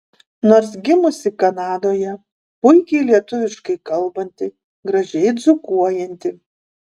nors gimusi kanadoje puikiai lietuviškai kalbanti gražiai dzūkuojanti